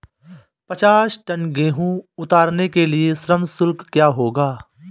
पचास टन गेहूँ उतारने के लिए श्रम शुल्क क्या होगा?